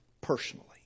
personally